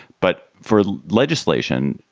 but for legislation,